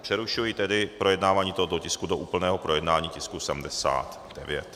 Přerušuji tedy projednávání tohoto tisku do úplného projednání tisku 79.